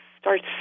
starts